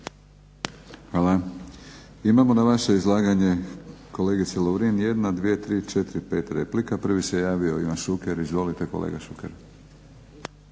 Hvala. Imamo na vaše izlaganje kolegice Lovrin 5 replika. Prvi se javio Ivan Šuker. Izvolite kolega Šuker.